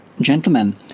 Gentlemen